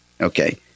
Okay